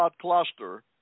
Cluster